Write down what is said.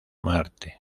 marte